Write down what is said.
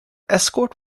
escort